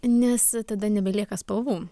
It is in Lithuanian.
nes tada nebelieka spalvų